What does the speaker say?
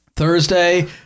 Thursday